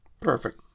perfect